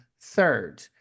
third